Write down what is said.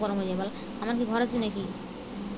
শুক্নো লঙ্কার দাম বেশি না কাঁচা লঙ্কার?